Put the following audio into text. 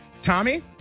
tommy